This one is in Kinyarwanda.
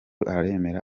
aremera